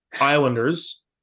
Islanders